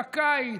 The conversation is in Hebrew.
בקיץ,